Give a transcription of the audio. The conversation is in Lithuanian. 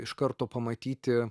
iš karto pamatyti